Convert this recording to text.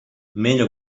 meglio